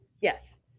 yes